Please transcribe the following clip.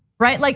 right? like